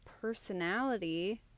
personality